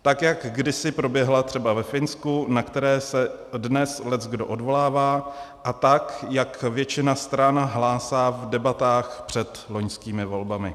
Tak jak kdysi proběhla třeba ve Finsku, na které se dnes leckdo odvolává, a tak jak většina stran hlásá v debatách před loňskými volbami.